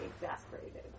exasperated